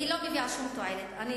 מביאה שום תועלת.